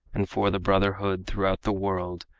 and for the brotherhood throughout the world.